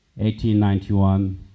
1891